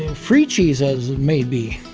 free cheese as it may be.